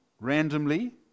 randomly